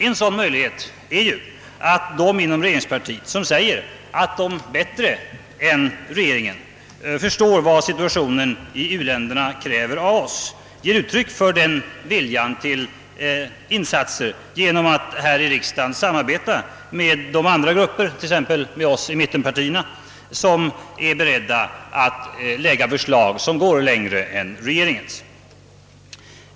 En sådan möjlighet är att de inom regeringspartiet, som säger att de bättre än regeringen förstår vad situationen i u-länderna kräver av oss, ger uttryck för den viljan till insatser genom att här i riksdagen samarbeta med de andra grupper, t.ex. med oss i mittenpartierna, som är beredda att lägga fram förslag som går längre än regeringens.